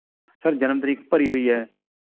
sir ਜਨਮ ਤਰੀਕ ਭਰੀ ਹੋਈ ਹੈ